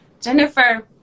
Jennifer